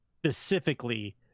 specifically